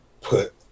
put